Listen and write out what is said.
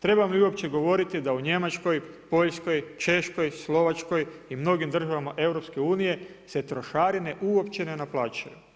Trebam li uopće govoriti da u Njemačkoj, Poljskoj, Češkoj, Slovačkoj i mnogim državama EU se trošarine uopće ne naplaćuju.